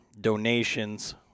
donations